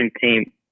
team